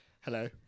Hello